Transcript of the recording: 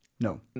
No